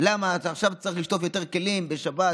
כי אתה עכשיו צריך לשטוף יותר כלים בשבת,